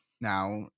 now